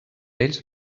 ells